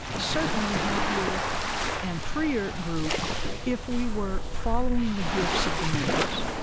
certainly happier and freer group if we were following the gifts of the members